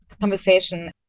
conversation